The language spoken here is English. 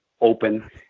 open